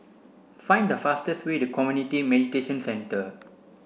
find the fastest way to Community Mediation Centre